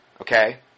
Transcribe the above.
Okay